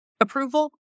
approval